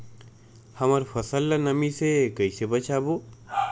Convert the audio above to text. हमर फसल ल नमी से क ई से बचाबो?